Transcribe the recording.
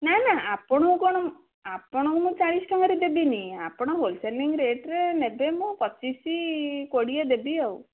ନା ନା ଆପଣଙ୍କୁ କ'ଣ ଆପଣଙ୍କୁ ମୁଁ ଚାଳିଶ ଟଙ୍କାରେ ଦେବିନି ଆପଣ ହୋଲସେଲିଂ ରେଟ୍ରେ ନେବେ ମୁଁ ପଚିଶ କୋଡ଼ିଏ ଦେବି ଆଉ